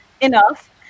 enough